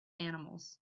animals